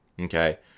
Okay